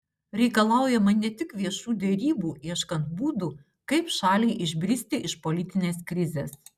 reikalaujama ne tik viešų derybų ieškant būdų kaip šaliai išbristi iš politinės krizės